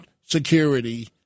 security